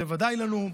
זה ודאי לנו.